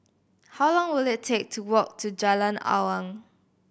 how long will it take to walk to Jalan Awang